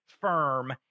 firm